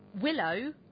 Willow